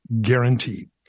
guaranteed